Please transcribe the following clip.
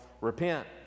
repent